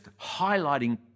highlighting